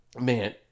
man